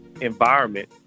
environment